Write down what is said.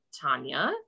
Tanya